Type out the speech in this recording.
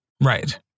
Right